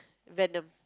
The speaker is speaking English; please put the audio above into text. Venom